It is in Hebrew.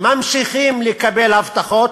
ממשיכים לקבל הבטחות,